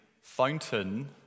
fountain